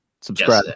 subscribe